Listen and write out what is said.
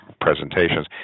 presentations